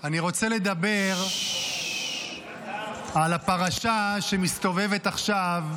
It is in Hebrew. אני רוצה לדבר על הפרשה שמסתובבת עכשיו,